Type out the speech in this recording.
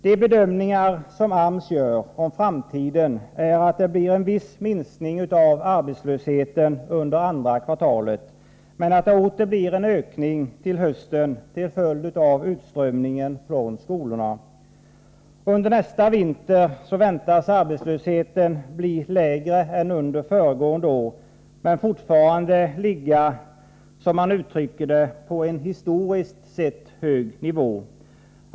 De bedömningar som AMS gör om framtiden är att det blir en viss minskning av arbetslösheten under andra kvartalet, men att det åter blir en ökning till hösten till följd av utströmningen från skolorna. Under nästa vinter väntas arbetslösheten bli lägre än under föregående år men fortfarande ligga, som man uttrycker det, på en historiskt sett hög nivå.